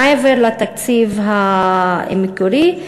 מעבר לתקציב המקורי,